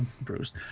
Bruce